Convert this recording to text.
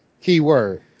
keyword